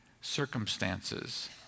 circumstances